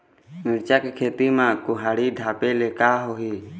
मिरचा के खेती म कुहड़ी ढापे ले का होही?